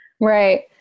right